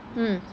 mm